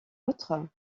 autre